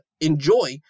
enjoy